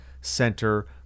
center